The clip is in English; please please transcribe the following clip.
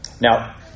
Now